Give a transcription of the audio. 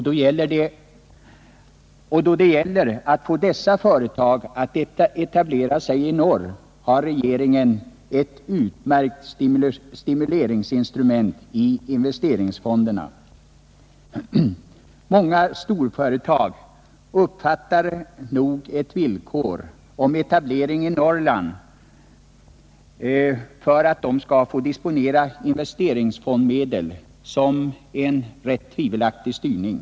Då det gäller att få dessa företag att etablera sig i norr har regeringen ett utmärkt stimuleringsinstrument i investeringsfonderna. Många storföretag uppfattar nog ett villkor om etablering i Norrland för att få disponera investeringsfondsmedel som en ganska tvivelaktig styrning.